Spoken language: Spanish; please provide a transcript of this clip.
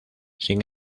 sin